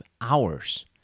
hours